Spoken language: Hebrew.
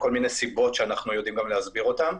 מכל מיני סיבות שאנחנו יודעים גם להסביר אותן.